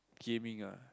gaming ah